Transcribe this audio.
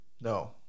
No